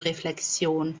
reflexion